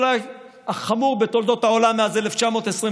אולי החמור בתולדות העולם מאז 1929,